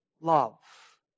love